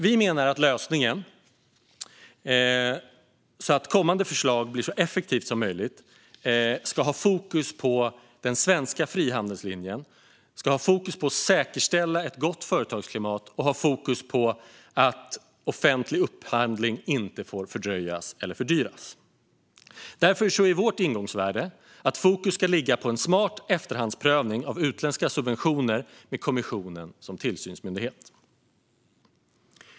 Vi menar att lösningen för att kommande förslag ska bli så effektivt som möjligt ska ha fokus på den svenska frihandelslinjen, på att säkerställa ett gott företagsklimat och på att offentlig upphandling inte får fördröjas eller fördyras. Därför är vårt ingångsvärde att fokus ska ligga på en smart efterhandsprövning av utländska subventioner med kommissionen som tillsynsmyndighet.